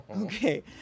Okay